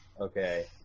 okay